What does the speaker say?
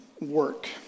work